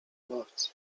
ławce